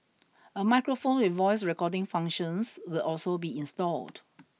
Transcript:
a microphone with voice recording functions will also be installed